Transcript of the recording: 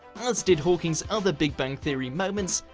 as did hawking's other big bang theory moments,